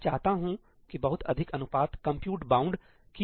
मैं चाहता हूं कि बहुत अधिक अनुपात कंप्यूट बाउंड की हो